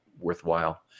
worthwhile